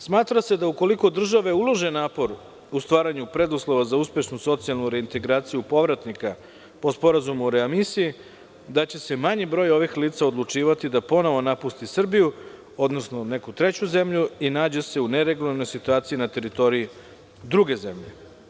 Smatra se, ukoliko države ulože napor u stvaranju preduslova za uspešnu socijalnu reintegraciju povratnika, po Sporazumu o readmisiji, da će se manji broj ovih lica odlučivati da ponovo napusti Srbiju, odnosno neku treću zemlju i nađe se u neregularnoj situaciji na teritoriji druge zemlje.